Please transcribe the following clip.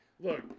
Look